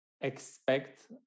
expect